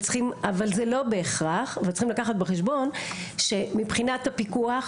אבל זה לא בהכרח וצריכים לקחת בחשבון שמבחינת הפיקוח,